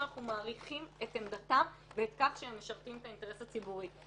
שאנחנו מעריכים את עמדתם ובכך שהם משרתים את האינטרס הציבורי.